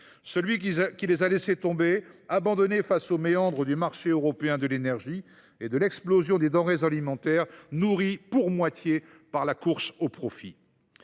celui qui les a laissé tomber et les a abandonnées face aux méandres du marché européen de l’énergie et à l’explosion des denrées alimentaires, nourrie pour moitié par la course au profit.